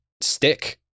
stick